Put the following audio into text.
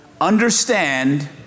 understand